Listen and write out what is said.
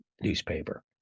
newspaper